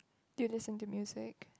do you listen to music